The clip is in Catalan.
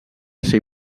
ser